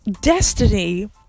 destiny